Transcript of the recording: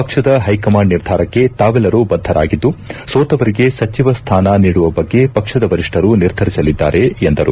ಪಕ್ಷದ ಹೈಕಮಾಂಡ್ ನಿರ್ಧಾರಕ್ಷೆ ತಾವೆಲ್ಲರೂ ಬದ್ದರಾಗಿದ್ದು ಸೋತವರಿಗೆ ಸಚಿವ ಸ್ಥಾನ ನೀಡುವ ಬಗ್ಗೆ ಪಕ್ಷದ ವರಿಷ್ಟರು ನಿರ್ಧರಿಸಲಿದ್ದಾರೆ ಎಂದರು